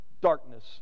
darkness